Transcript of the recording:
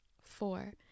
Four